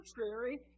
contrary